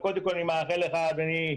קודם כל, אני מאחל לך, אדוני,